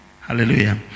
Hallelujah